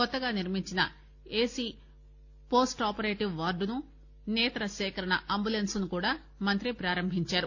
కొత్తగా నిర్మించిన AC post operative వార్డును నేతృ సేకరణ అంబులెన్సును కూడా మంత్రి ప్రారంభించారు